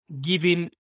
giving